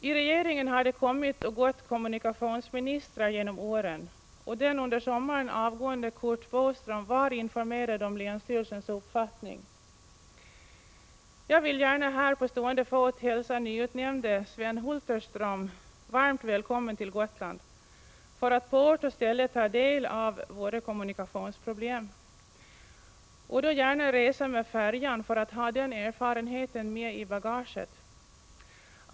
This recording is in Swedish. I regeringen har kommunikationsministrar kommit och gått genom åren, och den under sommaren avgående Curt Boström var informerad om länsstyrelsens uppfattning. Jag vill gärna här på stående fot hälsa nyutnämnde Sven Hulterström varmt välkommen till Gotland för att på ort och ställe ta del av våra kommunikationsproblem. Han kan då gärna resa med färjan för att ha den erfarenheten med i bagaget.